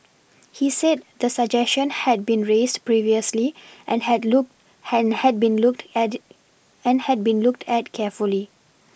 he said the suggestion had been raised previously and had look had had been looked at and had been looked at carefully